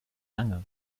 lange